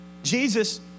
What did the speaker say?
Jesus